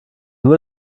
nur